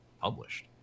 published